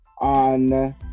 on